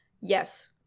Yes